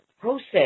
process